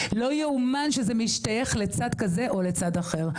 לא יאומן שזה משתייך לצד כזה או לצד אחר,